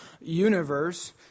universe